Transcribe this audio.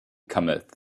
cometh